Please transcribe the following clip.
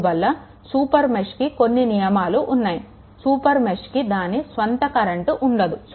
అందువల్ల సూపర్ మెష్కి కొన్ని నియమాలు ఉన్నాయి సూపర్ మెష్కి దాని స్వంత కరెంట్ ఉండదు